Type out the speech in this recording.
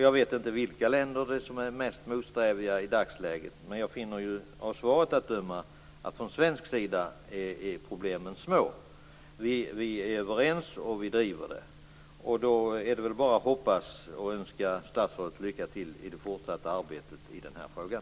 Jag vet inte vilka länder som är mest motsträviga i dagsläget, men av svaret att döma är problemen små på svensk sida. Vi är överens och driver frågan. Då är det bara att hoppas och önska statsrådet lycka till i det fortsatta arbetet i den här frågan.